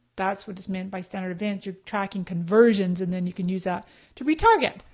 that's what is meant by standard events. you're tracking conversions and then you can use that to re-target.